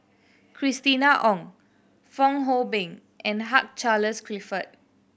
Christina Ong Fong Hoe Beng and Hugh Charles Clifford